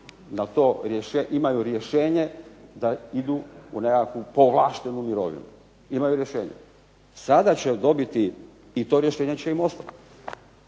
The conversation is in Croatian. imaju rješenje da idu u nekakvu povlaštenu mirovinu. Imaju rješenje. Sada će dobiti i to rješenje će im ostati,